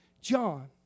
John